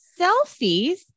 selfies